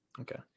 Okay